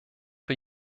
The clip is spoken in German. wir